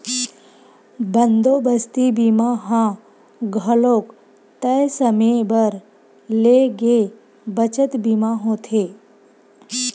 बंदोबस्ती बीमा ह घलोक तय समे बर ले गे बचत बीमा होथे